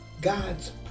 God's